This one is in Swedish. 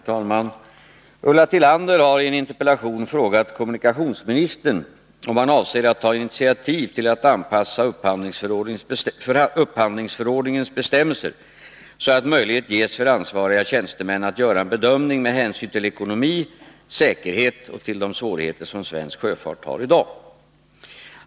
Herr talman! Ulla Tillander har i en interpellation frågat kommunikationsministern om han avser att ta initiativ till att anpassa upphandlingsför ordningens bestämmelser så att möjlighet ges för ansvariga tjänstemän att göra en bedömning med hänsyn till ekonomi, säkerhet och till de svårigheter som svensk sjöfart har i dag.